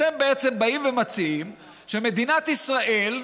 אתם בעצם באים ומציעים שמדינת ישראל,